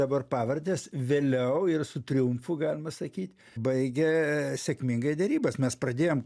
dabar pavardes vėliau ir su triumfu galima sakyt baigė sėkmingai derybas mes pradėjom